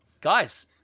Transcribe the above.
Guys